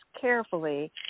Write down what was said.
carefully